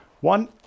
one